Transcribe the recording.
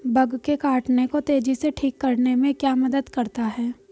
Bug के काटने को तेजी से ठीक करने में क्या मदद करता है?